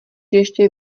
ještě